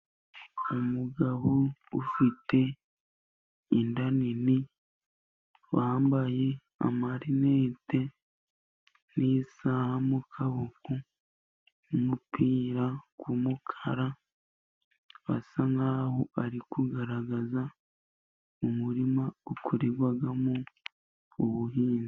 Umugabo ufite inda nini, wambaye amarinete n'isaha mu kaboko, n'umupira w'umukara, basa nk'aho ari kugaragaza mu murima ukorerwamo ubuhinzi.